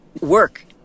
work